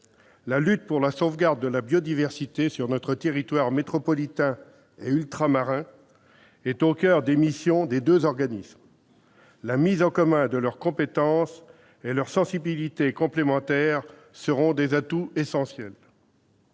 La lutte pour la sauvegarde de la biodiversité sur notre territoire métropolitain et ultramarin est au coeur des missions des deux organismes. La mise en commun de leurs compétences et leurs sensibilités complémentaires seront des atouts essentiels.